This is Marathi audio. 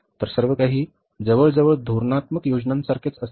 तर सर्व काही जवळजवळ धोरणात्मक योजनेसारखेच असते